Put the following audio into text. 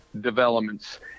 developments